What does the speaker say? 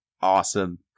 awesome